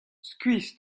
skuizh